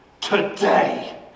today